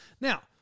Now